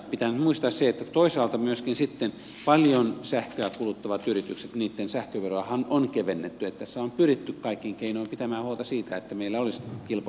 pitää nyt muistaa se että toisaalta paljon sähköä kuluttavien yritysten sähköveroahan on kevennetty eli tässä on pyritty kaikin keinoin pitämään huolta siitä että meillä olisi kilpailukykyistä teollisuutta